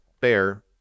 bear